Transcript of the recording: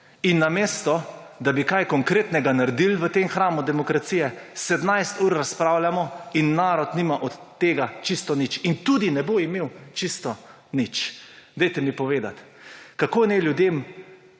Namesto da bi kaj konkretnega naredili v tem hramu demokracije, 17 ur razpravljamo in narod nima od tega čisto nič. In tudi ne bo imel čisto nič. Dajte mi povedati, kako naj ljudem